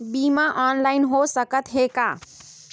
बीमा ऑनलाइन हो सकत हे का?